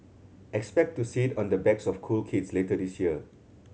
expect to see it on the backs of cool kids later this year